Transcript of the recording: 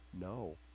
no